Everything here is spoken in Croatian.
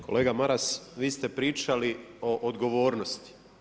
Kolega Maras, vi ste pričali o odgovornosti.